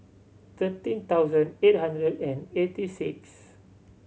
thirteen thousand eight hundred and eighty six